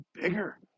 Bigger